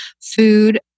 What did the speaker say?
food